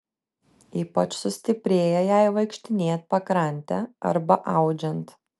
ypač sustiprėja jai vaikštinėjant pakrante arba audžiant